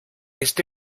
este